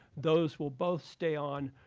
those will both stay on.